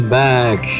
back